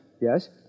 Yes